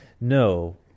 No